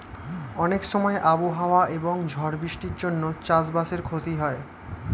অনেক সময় আবহাওয়া এবং ঝড় বৃষ্টির জন্যে চাষ বাসের ক্ষতি হয়